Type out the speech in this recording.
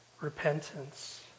repentance